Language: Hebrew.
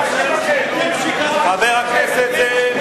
חבר הכנסת צרצור.